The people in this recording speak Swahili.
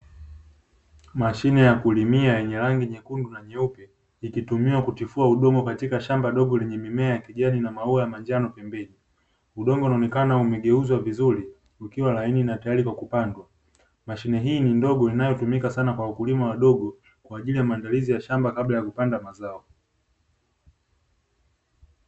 Mashine ya kulimia yenye rangi nyekundu na nyeupe, ikitumiwa kutifua udongo katika shamba dogo lenye mimea ya kijani na maua ya manjano pembeni. Udongo unaonekana umegeuzwa vizuri, ukiwa laini na tayari kwa kupandwa. Mashine hii ni ndogo inayotumika sana kwa wakulima wadogo kwa ajili ya maandalizi ya shamba kabla ya kupanda mazao.